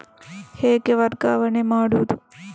ಹೇಗೆ ವರ್ಗಾವಣೆ ಮಾಡುದು?